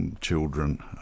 children